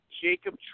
Jacob